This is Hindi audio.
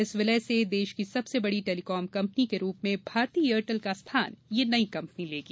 इस विलय से देश की सबसे बड़ी टेलीकॉम कंपनी के रूप में भारती एयरटेल का स्थान नयी कंपनी लेगी